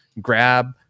grab